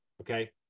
Okay